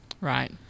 Right